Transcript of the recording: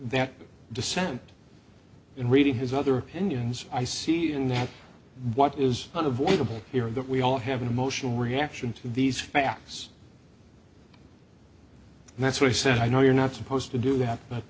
that dissent in reading his other opinions i see in that what is unavoidable here that we all have an emotional reaction to these facts and that's why i said i know you're not supposed to do that but